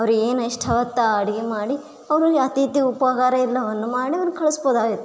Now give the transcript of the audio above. ಅವರಿಗೇನು ಇಷ್ಟ ಬಂತು ಆ ಅಡುಗೆ ಮಾಡಿ ಅವರಿಗೆ ಅತಿಥಿ ಉಪಚಾರ ಎಲ್ಲವನ್ನು ಮಾಡಿ ಅವ್ರು ಕಳಿಸ್ಬೌದಾಗಿತ್ತು